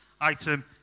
item